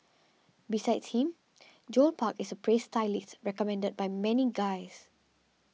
besides him Joel Park is a praised stylist recommended by many guys